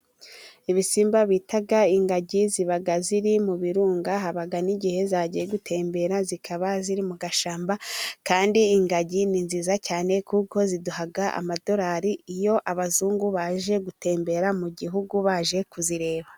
Ibisimba bita ingagi ziba ziri mu birunga, haba n'igihe zagiye gutembera zikaba ziri mu gashamba. Kandi ingagi ni nziza cyane kuko ziduha amadolari, iyo abazungu baje gutembera mu gihugu baje kuzireba.